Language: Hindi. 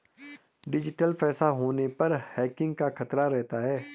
डिजिटल पैसा होने पर हैकिंग का खतरा रहता है